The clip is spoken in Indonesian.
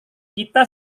kita